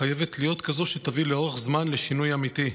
חייבת להיות כזאת שתביא לאורך זמן לשינוי אמיתי,